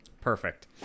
Perfect